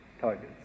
targets